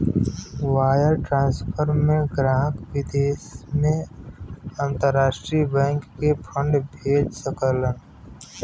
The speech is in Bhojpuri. वायर ट्रांसफर में ग्राहक विदेश में अंतरराष्ट्रीय बैंक के फंड भेज सकलन